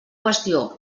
qüestió